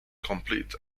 complete